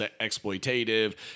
exploitative